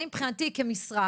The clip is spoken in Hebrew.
אני מבחינתי כמשרד,